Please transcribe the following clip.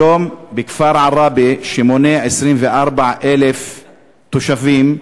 היום בכפר עראבה, שמונה 24,000 תושבים,